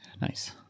nice